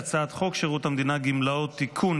ההצעה להעביר את הצעת חוק שירות המדינה (גמלאות) (תיקון,